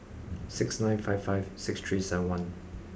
six nine five five six three seven one